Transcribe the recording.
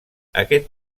aquest